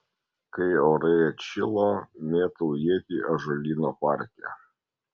kai orai atšilo mėtau ietį ąžuolyno parke